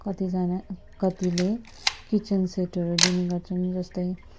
कतिजना कतिले किचन सेटहरू दिने गर्छन् जस्तै